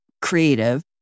creative